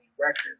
Records